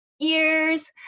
ears